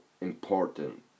important